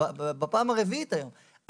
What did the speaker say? בפעם הרביעית היום,